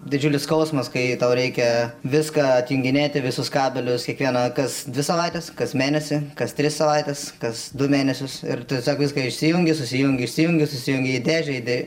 didžiulis skausmas kai tau reikia viską atjunginėti visus kabelius kiekvieną kas dvi savaites kas mėnesį kas tris savaites kas du mėnesius ir tiesiog viską išsijungi susijungi išsijungi susijungi į dėžę į dė